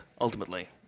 ultimately